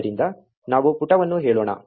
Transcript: ಆದ್ದರಿಂದ ನಾವು ಪುಟವನ್ನು ಹೇಳೋಣ